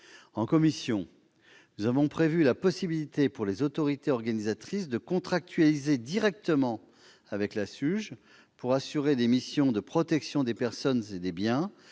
En commission, nous avons prévu la possibilité pour les autorités organisatrices de contractualiser directement avec la SUGE pour assurer des missions de protection des personnes et des biens